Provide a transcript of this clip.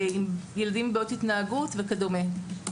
ילדים עם בעיות התנהגות וכדומה.